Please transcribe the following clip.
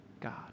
God